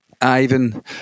Ivan